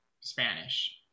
Spanish